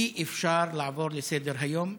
אי-אפשר לעבור לסדר-היום,